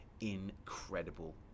incredible